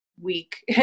week